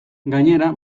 gainera